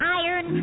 iron